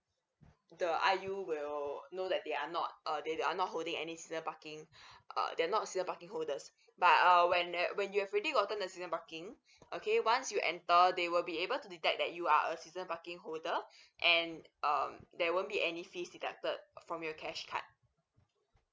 the I_U will know that they are not uh they they are not holding any seasonal parking uh they are not season parking holders but uh when they when you have already gotten the season parking okay once you enter they will be able to detect that you are a season parking holder and um there won't be any fees deducted from your cash card